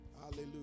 Hallelujah